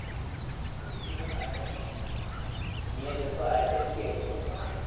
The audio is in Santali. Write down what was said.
ᱯᱷᱮᱥᱴᱤᱵᱷᱮᱞᱥ ᱟᱭᱴᱮᱢ ᱱᱤᱭᱟᱹ ᱡᱚᱛᱚ ᱟᱭᱴᱮᱢ ᱠᱤ ᱟᱹᱠᱷᱨᱤᱧᱚᱜ ᱠᱟᱱᱟ